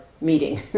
meeting